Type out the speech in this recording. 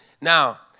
Now